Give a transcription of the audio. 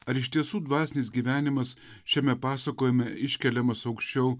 ar iš tiesų dvasinis gyvenimas šiame pasakojime iškeliamas aukščiau